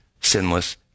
sinless